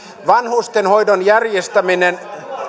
vanhustenhoidon järjestäminen